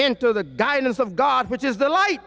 into the guidance of god which is the light